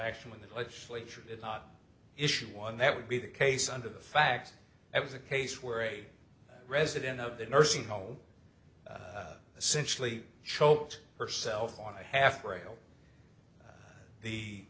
action when the legislature did not issue one that would be the case under the fact that was a case where a resident of the nursing home essentially choked herself on a half rail the